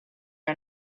are